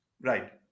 Right